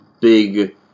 big